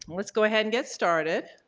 let's go ahead and get started.